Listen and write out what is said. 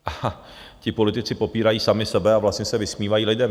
A ti politici popírají sami sebe a vlastně se vysmívají lidem.